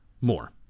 more